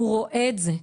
היא רואה את זה,